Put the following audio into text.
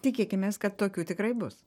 tikėkimės kad tokių tikrai bus